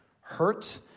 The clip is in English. Hurt